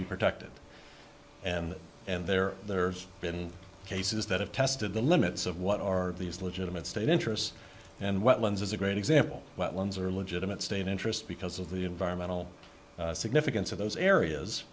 be protected and and there there's been cases that have tested the limits of what are these legitimate state interest and wetlands as a great example wetlands are legitimate state interest because of the environmental significance of those areas